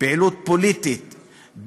פעילות פוליטית,